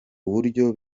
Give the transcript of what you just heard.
uburyo